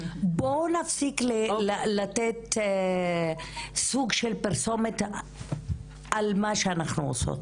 בואו נפסיק לתת סוג של פרסומות על מה שאנחנו עושות,